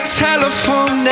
telephone